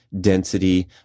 density